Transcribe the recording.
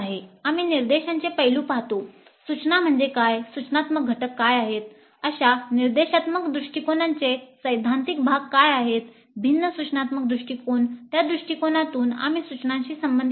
आम्ही निर्देशांचे पैलू पाहतो सूचना म्हणजे काय सूचनात्मक घटक काय आहेत अशा निर्देशात्मक दृष्टिकोनांचे सैद्धांतिक भाग काय आहेत भिन्न सूचनात्मक दृष्टीकोन त्या दृष्टिकोनातून आम्ही सूचनांशी संबंधित आहोत